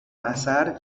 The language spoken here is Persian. اثر